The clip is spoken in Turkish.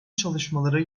çalışmaları